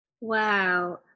Wow